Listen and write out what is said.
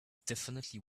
definitely